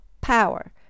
power